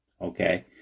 okay